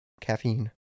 caffeine